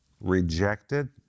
rejected